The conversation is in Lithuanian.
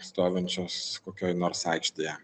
stovinčios kokioj nors aikštėje